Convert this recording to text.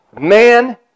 man